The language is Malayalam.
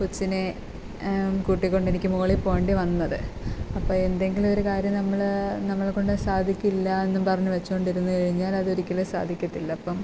കൊച്ചിനെ കൂട്ടിക്കൊണ്ട് എനിക്ക് മുകളിൽ പോകേണ്ടി വന്നത് അപ്പം എന്തെങ്കിലും ഒരു കാര്യം നമ്മൾ നമ്മളെ കൊണ്ട് സാധിക്കില്ല എന്നും പറഞ്ഞ് വെച്ചുകൊണ്ട് ഇരുന്നുകഴിഞ്ഞാൽ അതൊരിക്കലും സാധിക്കില്ല അപ്പം